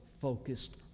focused